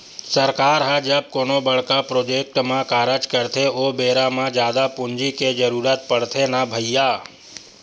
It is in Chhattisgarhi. सरकार ह जब कोनो बड़का प्रोजेक्ट म कारज करथे ओ बेरा म जादा पूंजी के जरुरत पड़थे न भैइया